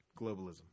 Globalism